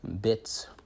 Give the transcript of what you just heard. bits